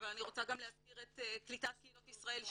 אבל אני רוצה גם להזכיר את קליטת קהילות ישראל,